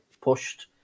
pushed